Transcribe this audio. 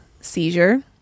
seizure